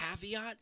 caveat